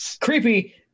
Creepy